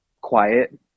quiet